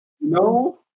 No